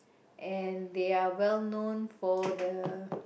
and they are well known for the